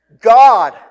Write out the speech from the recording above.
God